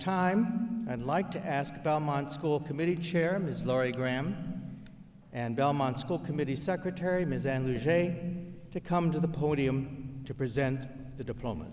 time and like to ask belmont school committee chair ms laurie graham and belmont school committee secretary to come to the podium to present the diploma